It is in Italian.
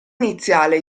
iniziale